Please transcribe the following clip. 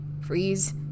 freeze